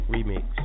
Remix